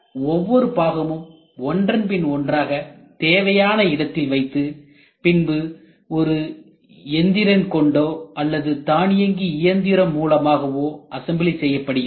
ஒவ்வொரு பாகமும் ஒன்றன்பின் ஒன்றாக தேவையான இடத்தில் வைத்து பின்பு ஒரு எந்திரன் கொண்டோ அல்லது தானியங்கி இயந்திரம் மூலமாகவோ அசம்பிளி செய்யப்படுகிறது